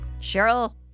Cheryl